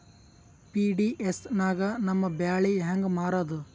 PDS ನಾಗ ನಮ್ಮ ಬ್ಯಾಳಿ ಹೆಂಗ ಮಾರದ?